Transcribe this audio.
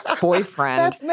boyfriend